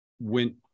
went